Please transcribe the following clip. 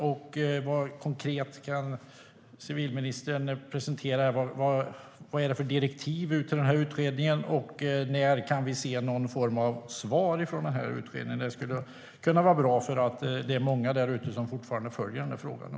Och vad kan civilministern presentera rent konkret? Vilka direktiv har utredningen fått? Och när kan vi se någon form av svar från utredningen? Det skulle vara bra att få svar på det eftersom det är många där ute som fortfarande följer frågan.